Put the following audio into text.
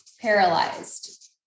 Paralyzed